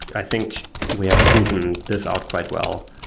i think we have proven this out quite well,